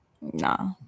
Nah